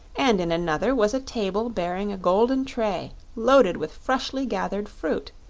and in another was a table bearing a golden tray loaded with freshly gathered fruit,